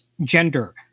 gender